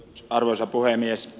arvoisa puhemies